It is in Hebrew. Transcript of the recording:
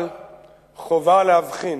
אבל חובה להבחין